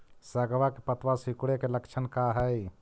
सगवा के पत्तवा सिकुड़े के लक्षण का हाई?